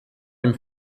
dem